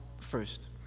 first